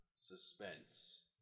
suspense